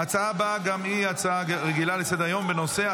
ההצעה הבאה גם היא הצעה רגילה לסדר-היום בנושא: